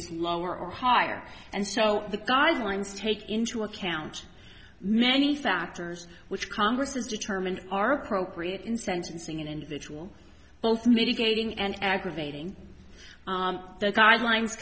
is lower or higher and so the guidelines take into account many factors which congress has determined are appropriate in sentencing in individual both mitigating and aggravating the guidelines